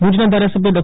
ભુજના ધારાસભ્ય ડો